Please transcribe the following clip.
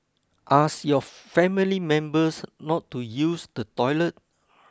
ask your family members not to use the toilet